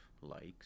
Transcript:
likes